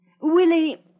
Willie